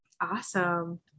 Awesome